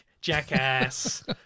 jackass